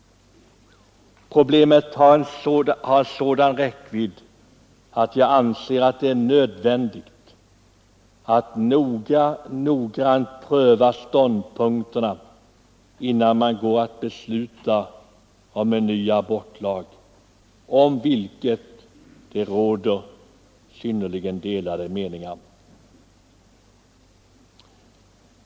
Problemet har sådan räckvidd att jag anser att det är nödvändigt att noggrant pröva ståndpunkterna innan man går att besluta om en ny abortlag, om vilken det råder synnerligen delade meningar.